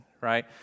right